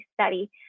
study